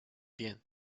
bien